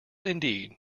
indeed